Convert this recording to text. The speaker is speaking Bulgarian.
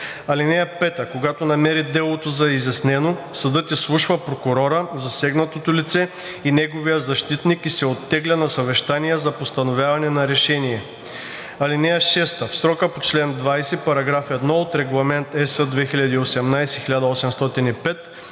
(5) Когато намери делото за изяснено, съдът изслушва прокурора, засегнатото лице и неговия защитник и се оттегля на съвещание за постановяване на решение. (6) В срока по чл. 20, параграф 1 от Регламент (ЕС) 2018/1805